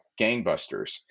gangbusters